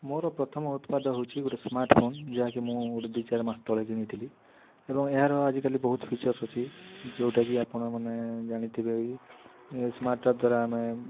ମୋର ପ୍ରଥମ ଉତ୍ପାଦ ହଉଛି ଗୋଟେ ସ୍ମାର୍ଟଫୋନ୍ ଯାହାକି ମୁଁ ଦୁଇ ଚାରି ମାସ ତଳେ କିଣିଥିଲି ଏବଂ ଏହାର ଆଜିକାଲି ବହୁତ ଫିଚର୍ସ୍ ଅଛି ଯେଉଁଟାକି ଆପଣମାନେ ଜାଣିଥିବେ ବି ସ୍ମାର୍ଟୱାଚ୍ ଦ୍ୱାରା ଆମେ